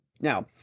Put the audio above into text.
Now